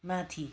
माथि